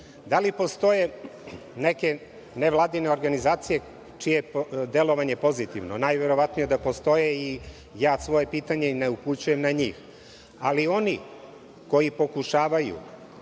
Da li postoje neke nevladine organizacije čije je delovanje pozitivno. Najverovatnije da postoje i ja svoje pitanje ne upućujem na njih, ali oni koji pokušavaju